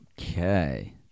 Okay